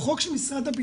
הוא חוק של משרד הבטחון.